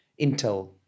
intel